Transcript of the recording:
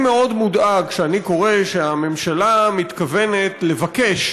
אני מאוד מודאג כשאני קורא שהממשלה מתכוונת לבקש